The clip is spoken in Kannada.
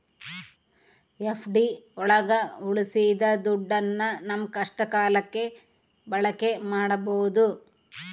ಎಫ್.ಡಿ ಒಳಗ ಉಳ್ಸಿದ ದುಡ್ಡನ್ನ ನಮ್ ಕಷ್ಟ ಕಾಲಕ್ಕೆ ಬಳಕೆ ಮಾಡ್ಬೋದು